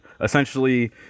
essentially